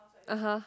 (uh huh)